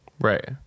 Right